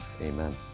Amen